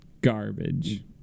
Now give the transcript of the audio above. garbage